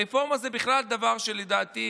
רפורמה זה בכלל דבר שלדעתי